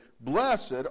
Blessed